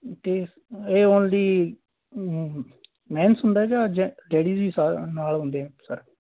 ਅਤੇ ਇਹ only men's ਹੁੰਦਾ ਜਾਂ ਜੈ ਲੇਡੀਜ਼ ਦੀ ਸ ਨਾਲ ਹੁੰਦੇ ਸਰ